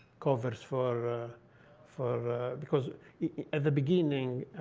covers for for because at the beginning,